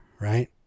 right